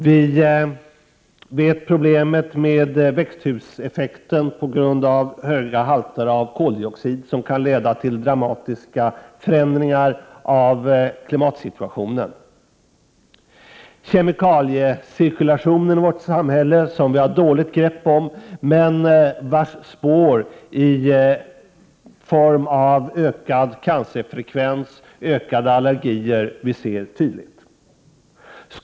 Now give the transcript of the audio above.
Vi känner till problemet med växthuseffekten på grund av höga halter av koldioxid, som kan leda till dramatiska förändringar av klimatsituationen. 109 Jag tänker vidare på kemikaliecirkulationen i vårt samhälle, vilken vi har dåligt grepp om men vars spår i form av ökad cancerfrekvens och ökade allergier tydligt syns.